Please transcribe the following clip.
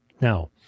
Now